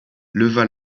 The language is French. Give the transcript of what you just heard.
leva